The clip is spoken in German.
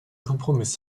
kompromiss